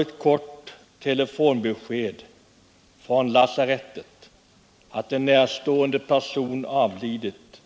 Ett kort telefonbesked från lasarettet om att en närstående avlidit